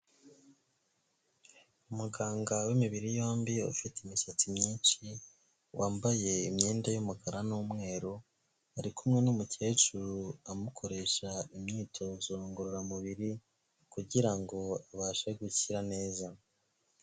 Umuganga w'imibiri yombi ufite imisatsi myinshi, wambaye imyenda y'umukara n'umweru, ari kumwe n'umukecuru amukoresha imyitozo ngororamubiri, kugirango abashe gukira neza.